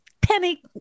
Penny